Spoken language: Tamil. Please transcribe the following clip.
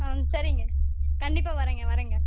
ஆ சரிங்க கண்டிப்பாக வரேங்க வரேங்க